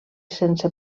sense